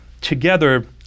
together